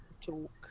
Talk